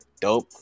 Dope